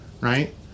right